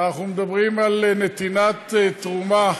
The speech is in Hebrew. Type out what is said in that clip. אנחנו מדברים על נתינת תרומה,